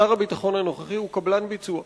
שר הביטחון הנוכחי הוא קבלן ביצוע.